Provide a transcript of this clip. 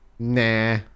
Nah